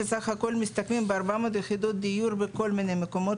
שבסך הכול מסתכמים ב-400 יחידות דיור בכל מיני מקומות,